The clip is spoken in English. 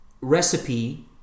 recipe